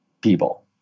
people